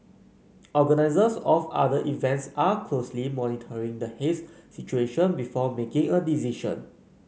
organisers of other events are closely monitoring the haze situation before making a decision